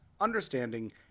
understanding